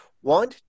one